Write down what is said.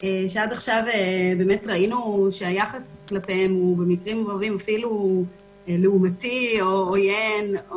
שעד עכשיו באמת ראינו שהיחס כלפיהם במקרים רבים אפילו לעומתי או עוין או